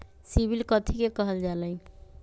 CIBIL कथि के काहल जा लई?